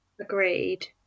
Agreed